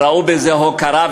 שראו בזה הוקרה,